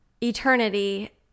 eternity